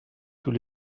tous